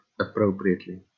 appropriately